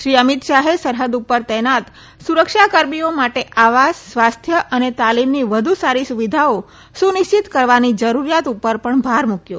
શ્રી અમિત શાહે સરહદ ઉપર તૈનાત સુરક્ષા કર્મીઓ માટે આવાસ સ્વાસ્થ અને તાલીમની વધુ સારી સુવિધાઓ સુનિશ્ચિત કરવાની જરૂરીયાત ઉપર પણ ભાર મુકયો